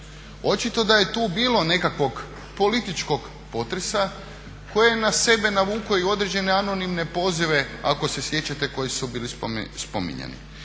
Očito ta je tu bilo nekakvog političkog potresa koje je na sebe navukao i određene anonimne pozive ako se sjećate koji su bili spominjani.